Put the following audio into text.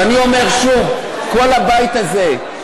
ואני אומר שוב: כל הבית הזה,